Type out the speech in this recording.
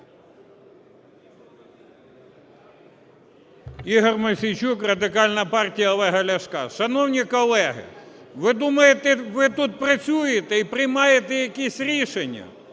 Ігор Мосійчук, Радикальна партія Олега Ляшка. Шановні колеги, ви думаєте, ви тут працюєте і приймаєте якісь рішення?